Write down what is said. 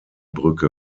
brücke